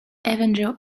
avenger